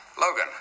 Logan